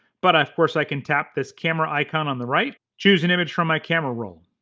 but of course i can tap this camera icon on the right, choose an image from my camera roll.